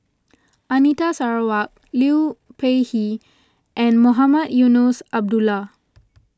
Anita Sarawak Liu Peihe and Mohamed Eunos Abdullah